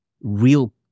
real